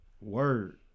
Word